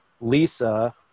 lisa